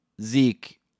Zeke